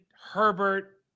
Herbert